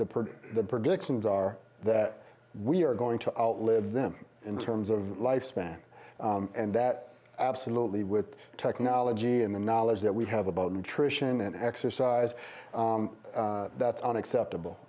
per the projections are that we are going to outlive them in terms of lifespan and that absolutely with technology and the knowledge that we have about nutrition and exercise that's unacceptable